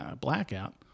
blackout